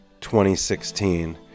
2016